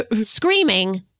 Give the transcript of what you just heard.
screaming